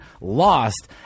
Lost